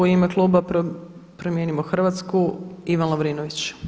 U ime kluba Promijenimo Hrvatsku Ivan Lovrinović.